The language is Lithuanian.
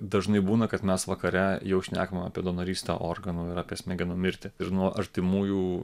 dažnai būna kad mes vakare jau šnekam apie donorystę organų ir apie smegenų mirtį ir nuo artimųjų